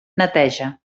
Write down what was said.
neteja